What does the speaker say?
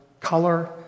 color